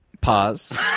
Pause